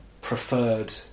preferred